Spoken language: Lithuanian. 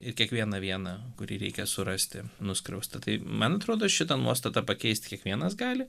ir kiekvieną vieną kurį reikia surasti nuskriaustą tai man atrodo šitą nuostatą pakeisti kiekvienas gali